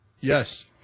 Yes